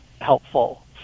helpful